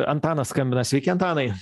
antanas skambina sveiki antanai